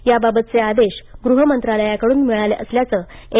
याबाबतचे आदेश गृह मंत्रालयाकडून मिळाले असल्याचं एन